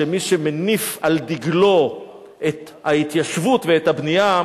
חבל שמי שמניף על דגלו את ההתיישבות ואת הבנייה,